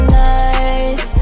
nice